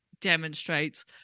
demonstrates